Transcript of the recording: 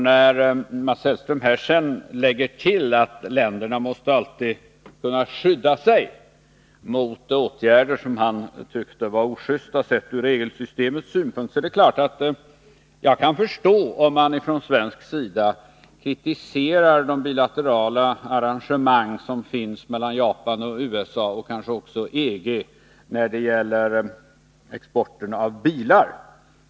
Mats Hellström lade sedan till att länderna alltid måste kunna skydda sig mot åtgärder som strider mot regelsystemet. Det är klart att jag kan förstå om man från svensk sida kritiserar de bilaterala arrangemang som finns mellan Japan och USA och kanske också EG när det gäller exporten av bilar.